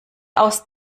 aus